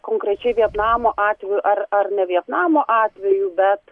konkrečiai vietnamo atveju ar ar ne vietnamo atveju bet